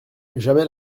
jamais